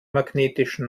magnetischen